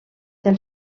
del